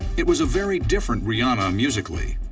it was a very different rihanna musically.